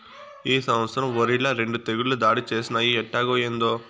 ఈ సంవత్సరం ఒరిల రెండు తెగుళ్ళు దాడి చేసినయ్యి ఎట్టాగో, ఏందో